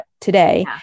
today